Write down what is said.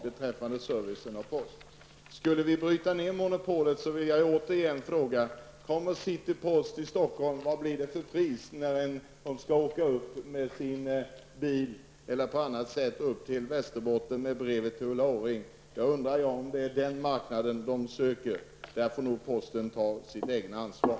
Om ni menar att vi skulle bryta monopolet, så vill jag återigen fråga: Om City Post kommer i Stockholm, vad blir det för pris när dess personal med bil eller på annat sätt skall åka upp till Västerbotten med brevet till Ulla Orring? Jag undrar om det är den marknaden man söker. Där får nog Posten ta sitt eget ansvar.